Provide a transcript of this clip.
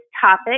topic